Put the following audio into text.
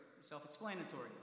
self-explanatory